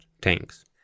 tanks